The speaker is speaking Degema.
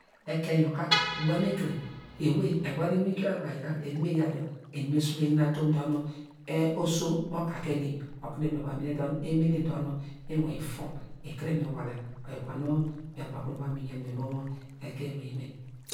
Ekein yor ka ubuwam ekure ewey evon iwinkio avi ka eva meya dor eni me sulene atomn dor nu oso mo kake eni okunu eni meva mene dor nu iwinfom ikuru minwola oyo ubo nu me abo okunu miva mi yen mu ekeing ewey me.